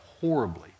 horribly